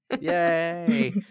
Yay